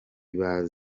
ubuhanga